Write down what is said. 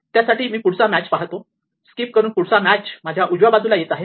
त्यासाठी मी पुढचा मॅच पाहतो स्किप करून पुढचा मॅच माझ्या उजव्या बाजूला येत आहे